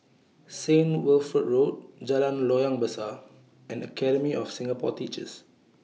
Saint Wilfred Road Jalan Loyang Besar and Academy of Singapore Teachers